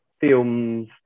films